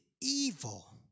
evil